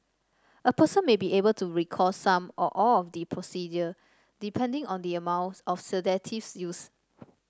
a person may be able to recall some or all of the procedure depending on the amount of sedatives used